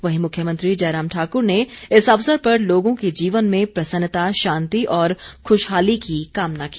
वहीं मुख्यमंत्री जयराम ठाकुर ने इस अवसर पर लोगों के जीवन में प्रसन्नता शांति और खुशहाली की कामना की